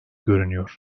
görünüyor